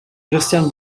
christian